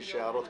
אחרי כן